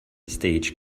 stage